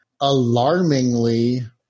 alarmingly